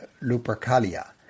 Lupercalia